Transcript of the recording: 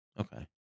Okay